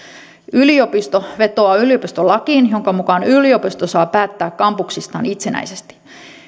yliopisto vetoaa yliopistolakiin jonka mukaan yliopisto saa päättää kampuksistaan itsenäisesti